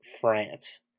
France